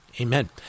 Amen